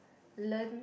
learn